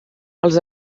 als